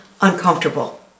uncomfortable